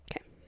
okay